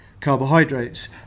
carbohydrates